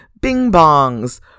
bing-bongs